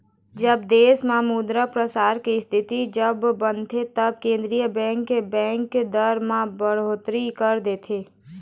जब देश म मुद्रा परसार के इस्थिति जब बनथे तब केंद्रीय बेंक, बेंक दर म बड़होत्तरी कर देथे